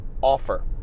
offer